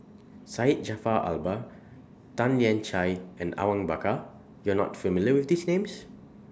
Syed Jaafar Albar Tan Lian Chye and Awang Bakar YOU Are not familiar with These Names